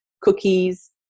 cookies